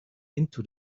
into